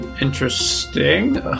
Interesting